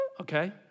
Okay